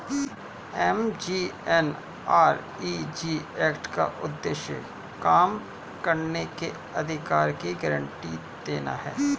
MGNREG act का उद्देश्य काम करने के अधिकार की गारंटी देना है